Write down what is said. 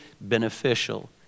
beneficial